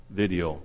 video